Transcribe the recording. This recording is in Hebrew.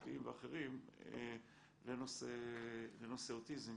תקשורתי ואחרים לנושא אוטיזם